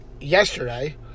yesterday